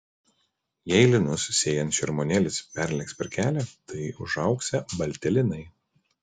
jei linus sėjant šermuonėlis perlėks per kelią tai užaugsią balti linai